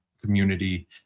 community